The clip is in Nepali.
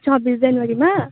छब्बिस जनवरीमा